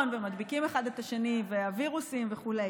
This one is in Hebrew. ומדביקים אחד את השני ויש את הווירוסים וכו'.